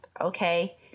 okay